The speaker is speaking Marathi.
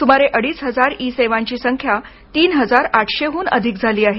सुमारे अडीच हजार ई सेवांची संख्या तीन हजार आठशेहून अधिक झाली आहे